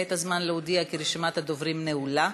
כעת הזמן להודיע כי רשימת הדוברים נעולה.